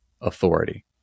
authority